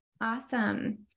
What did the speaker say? Awesome